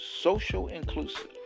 social-inclusive